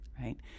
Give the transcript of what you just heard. Right